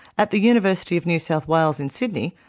at the university of new south wales in sydney,